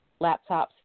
laptops